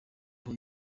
aho